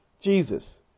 Jesus